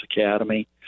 Academy